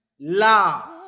love